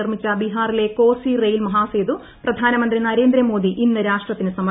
നിർമ്മിച്ച ബിഹാറിലെ quasi rail Mahasetu പ്രധാനമന്ത്രി നരേന്ദ്ര്മോദി ഇന്ന് രാഷ്ട്രത്തിനു സമർപ്പിക്കും